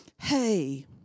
Hey